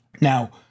Now